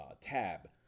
tab